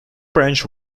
branch